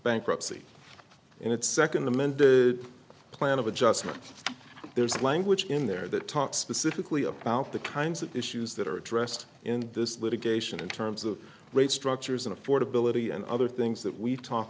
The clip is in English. bankruptcy in its second the meant plan of adjustment there's language in there that talks specifically about the kinds of issues that are addressed in this litigation in terms of rate structures and affordability and other things that we talk